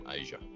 Asia